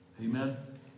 Amen